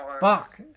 Fuck